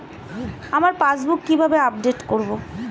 আমার পাসবুক কিভাবে আপডেট করবো?